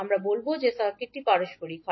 আমরা বলব যে সার্কিটটি পারস্পরিক হয়